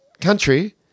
country